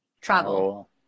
travel